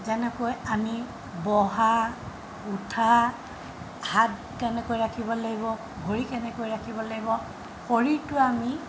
যেনেকৈ আমি বহা উঠা হাত কেনেকৈ ৰাখিব লাগিব ভৰি কেনেকৈ ৰাখিব লাগিব শৰীৰটো আমি